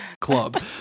club